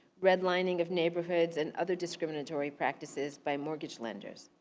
redlining of neighborhoods and other discriminatory practices by mortgage lenders.